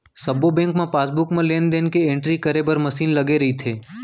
सब्बो बेंक म पासबुक म लेन देन के एंटरी करे बर मसीन लगे रइथे